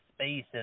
space